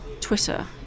Twitter